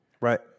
Right